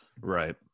Right